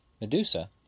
Medusa